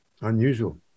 unusual